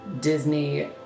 Disney